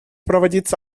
проводиться